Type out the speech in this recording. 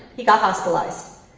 he got hospitalized.